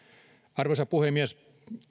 arvoisa puhemies